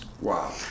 Wow